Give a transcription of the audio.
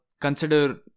consider